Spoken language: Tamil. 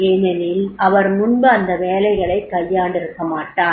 ஏனெனில் அவர் முன்பு அந்த வேலைகளைக் கையாண்டிருக்க மாட்டார்